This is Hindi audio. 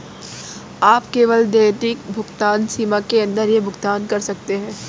आप केवल दैनिक भुगतान सीमा के अंदर ही भुगतान कर सकते है